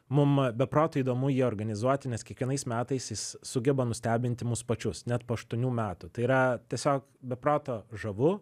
mum be proto įdomu jį organizuoti nes kiekvienais metais jis sugeba nustebinti mus pačius net po aštuonių metų tai yra tiesiog be proto žavu